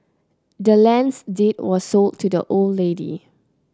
the land's deed was sold to the old lady